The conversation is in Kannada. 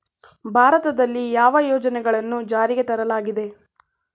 ಭಾರತದಲ್ಲಿ ಯಾವ ಯೋಜನೆಗಳನ್ನು ಜಾರಿಗೆ ತರಲಾಗಿದೆ?